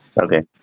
Okay